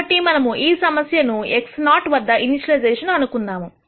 కాబట్టి మనము ఈ సమస్యను x0 వద్ద ఇనీషియలైజెషన్ అనుకుందాము